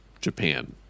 Japan